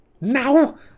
Now